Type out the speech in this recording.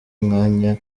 umwanya